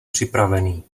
připravený